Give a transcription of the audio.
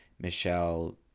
Michelle